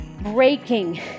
breaking